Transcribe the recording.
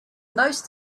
most